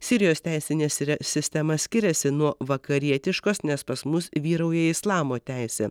sirijos teisinė sri sistema skiriasi nuo vakarietiškos nes pas mus vyrauja islamo teisė